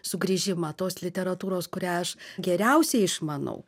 sugrįžimą tos literatūros kurią aš geriausiai išmanau